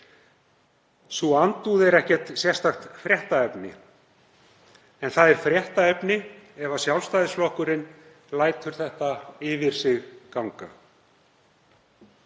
Sú andúð er ekkert sérstakt fréttaefni en það er fréttaefni ef Sjálfstæðisflokkurinn lætur þetta yfir sig ganga.